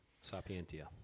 Sapientia